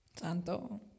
Santo